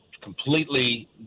completely